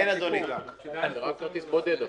אני